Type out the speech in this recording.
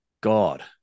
God